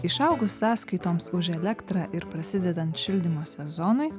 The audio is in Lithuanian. išaugus sąskaitoms už elektrą ir prasidedant šildymo sezonui